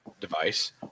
device